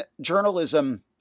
journalism